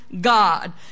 God